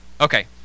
Okay